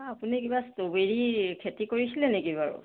অ আপুনি কিবা ষ্ট্ৰবেৰী খেতি কৰিছিলে নেকি বাৰু